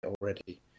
already